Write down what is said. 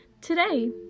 Today